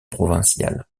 provinciale